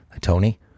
Tony